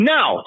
Now